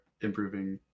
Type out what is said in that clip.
improving